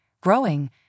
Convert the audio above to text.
growing